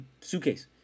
suitcase